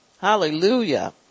hallelujah